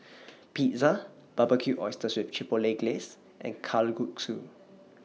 Pizza Barbecued Oysters with Chipotle Glaze and Kalguksu